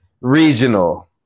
regional